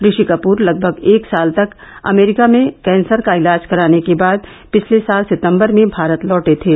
ऋषि कपूर लगभग एक साल तक अमरीका में कैंसर का इलाज कराने के बाद पिछले साल सितंबर में भारत लौटे थे